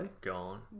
Gone